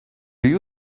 you